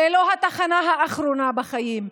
זה לא התחנה האחרונה בחיים,